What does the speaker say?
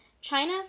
China